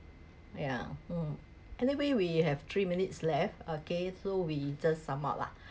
yeah mm anyway we have three minutes left okay so we the sum up lah